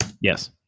Yes